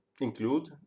include